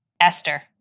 Esther